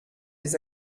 des